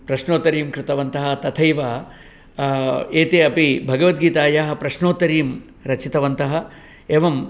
प्रश्नोत्तरीं कृतवन्तः तथैव एते अपि भगवद्गीतायाः प्रश्नोत्तरीं रचितवन्तः एवम्